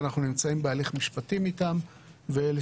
אנחנו נמצאים בהליך משפטי איתם ואלה